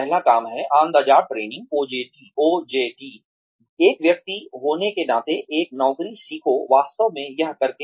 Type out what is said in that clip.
पहला काम है on the job training OJT एक व्यक्ति होने के नाते एक नौकरी सीखो वास्तव में यह करके